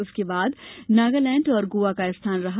उसके बाद नागालैंड और गोवा का स्थान रहा